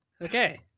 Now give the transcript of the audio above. Okay